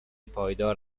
پایدار